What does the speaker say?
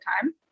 time